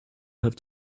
have